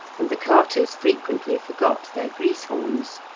and the carters frequently forgot their grease-horns.